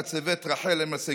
שמה מצבת רחל אם הסגולה,